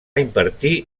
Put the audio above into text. impartir